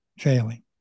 failing